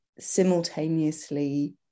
simultaneously